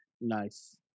Nice